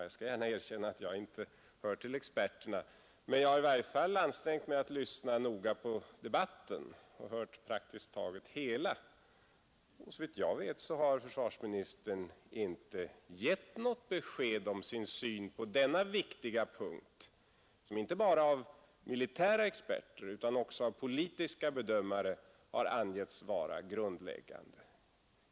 Jag skall gärna erkänna att jag inte hör till experterna, men jag har i varje fall ansträngt mig att lyssna noga och har hört praktiskt taget hela debatten, och såvitt jag vet har finansministern inte gett något besked om sin syn på denna viktiga punkt som inte bara av militära experter utan även av politiska bedömare angetts vara grundläggande.